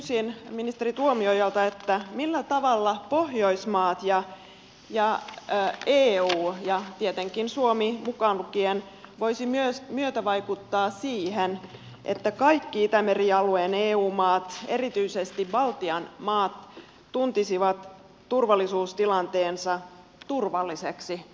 kysyisin ministeri tuomiojalta millä tavalla pohjoismaat ja eu ja tietenkin suomi mukaan lukien voisivat myötävaikuttaa siihen että kaikki itämerialueen eu maat erityisesti baltian maat tuntisivat turvallisuustilanteensa turvalliseksi